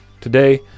Today